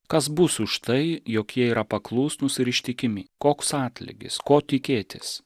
kas bus už tai jog jie yra paklusnūs ir ištikimi koks atlygis ko tikėtis